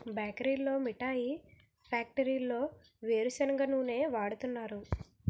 బేకరీల్లో మిఠాయి ఫ్యాక్టరీల్లో వేరుసెనగ నూనె వాడుతున్నారు